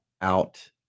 out